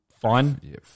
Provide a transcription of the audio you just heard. Fine